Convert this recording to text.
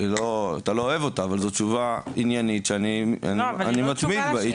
אתה לא אוהב אותה, אבל זו תשובה